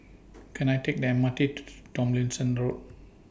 Can I Take The M R T to Tomlinson Road